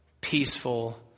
peaceful